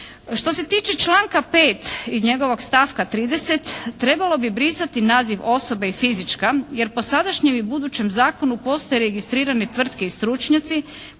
Što se tiče članka 5. i njegovog stavka 30. trebalo bi brisati naziv osobe i fizička jer po sadašnjem i budućem zakonu postoje registrirane tvrtke i stručnjaci